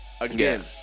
Again